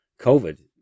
covid